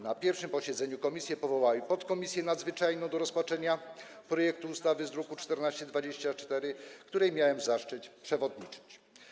Na pierwszym posiedzeniu komisje powołały podkomisję nadzwyczajną do rozpatrzenia projektu ustawy z druku nr 1424, której miałem zaszczyt przewodniczyć.